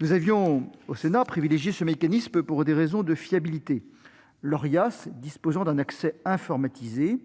Nous avions privilégié ce mécanisme pour des raisons de fiabilité, l'Orias disposant d'un accès informatisé